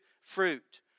fruit